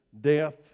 death